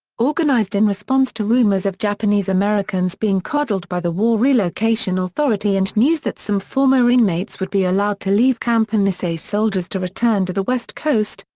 organized in response to rumors of japanese americans being coddled by the war relocation authority and news that some former inmates would be allowed to leave camp and nisei soldiers to return to the west coast,